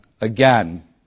again